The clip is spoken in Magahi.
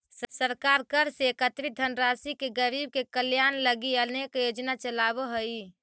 सरकार कर से एकत्रित धनराशि से गरीब के कल्याण लगी अनेक योजना चलावऽ हई